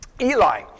Eli